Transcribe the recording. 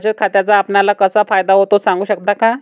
बचत खात्याचा आपणाला कसा फायदा होतो? सांगू शकता का?